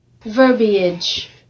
Verbiage